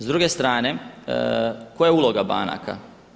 S druge strane koja je uloga banaka?